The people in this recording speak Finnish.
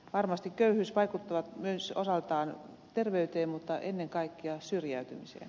varmasti köyhyys vaikuttaa myös osaltaan terveyteen mutta ennen kaikkea syrjäytymiseen